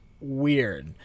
weird